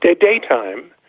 daytime